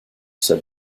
said